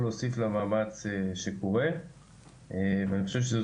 יכול להוסיף למאמץ שקורה ואני חושב שזאת